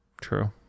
true